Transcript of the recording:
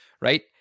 right